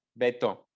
Beto